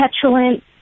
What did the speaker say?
petulant